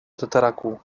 tartaku